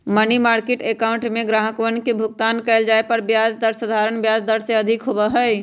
money market account में ग्राहकवन के भुगतान कइल जाये पर ब्याज दर साधारण ब्याज दर से अधिक होबा हई